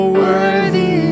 worthy